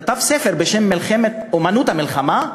כתב ספר בשם "אמנות המלחמה",